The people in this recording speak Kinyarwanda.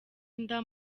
inda